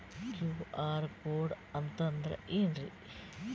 QR code ಅಂತಂದ್ರ ಏನ್ರೀ?